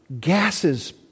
gases